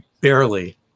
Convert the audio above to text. Barely